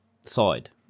side